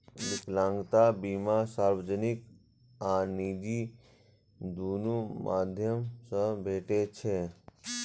विकलांगता बीमा सार्वजनिक आ निजी, दुनू माध्यम सं भेटै छै